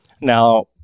Now